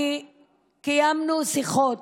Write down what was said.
קיימנו שיחות,